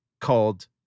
called